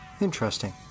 Interesting